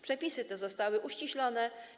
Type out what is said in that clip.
Przepisy te zostały uściślone.